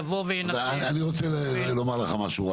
יבוא וינסה --- אני רוצה לומר לך משהו,